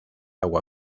agua